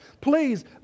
Please